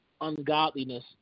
ungodliness